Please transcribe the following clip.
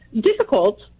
difficult